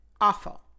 awful